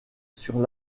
sur